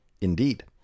Indeed